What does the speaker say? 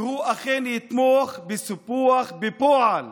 והוא אכן יתמוך בסיפוח בפועל